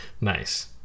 Nice